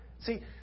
See